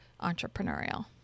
entrepreneurial